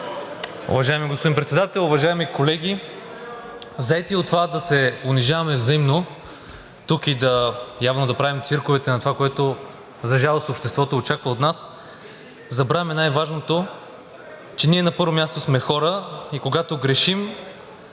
Уважаеми господин Председател, уважаеми колеги! Заети от това да се унижаваме взаимно тук и явно да правим цирковете на това, което, за жалост, обществото очаква от нас, забравяме най-важното – че ние на първо място сме хора и когато грешим,